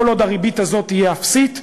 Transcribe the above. כל עוד הריבית הזאת תהיה אפסית,